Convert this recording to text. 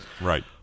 Right